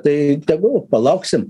tai tegul palauksim